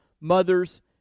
mother's